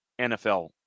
NFL